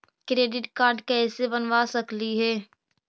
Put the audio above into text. Credit card कैसे बनबा सकली हे?